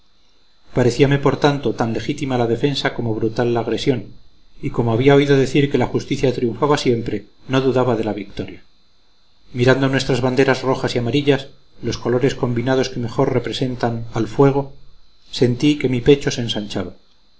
parecíame por tanto tan legítima la defensa como brutal la agresión y como había oído decir que la justicia triunfaba siempre no dudaba de la victoria mirando nuestras banderas rojas y amarillas los colores combinados que mejor representan al fuego sentí que mi pecho se ensanchaba